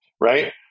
Right